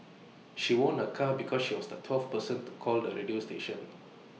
she won A car because she was the twelfth person to call the radio station